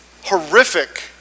horrific